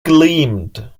gleamed